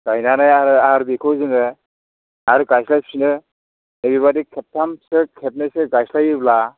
गायनानै आङो आरो बेखौ जोङो आरो गायस्लायफिनो ओरैबादि खेबथामसो खेबनैसो गायस्लायोब्ला